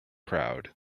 crowd